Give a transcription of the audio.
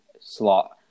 slot